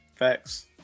facts